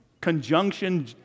Conjunction